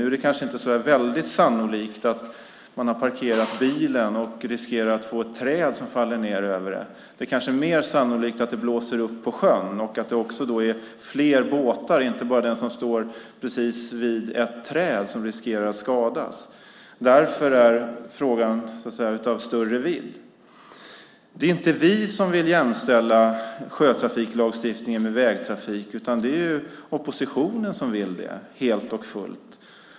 Nu är det kanske inte så väldigt sannolikt att man har parkerat bilen och att det finns risk för att ett träd ska falla ned över den. Det är kanske mer sannolikt att det blåser upp på sjön och att det då också är fler båtar, inte bara den som står precis bredvid ett träd, som riskerar att skadas. Därför är frågan av större vidd. Det är inte vi som vill jämställa sjötrafiklagstiftningen med vägtrafiklagstiftningen, utan det är oppositionen som vill göra det helt och fullt.